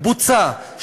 בוצע,